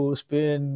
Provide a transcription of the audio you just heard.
spin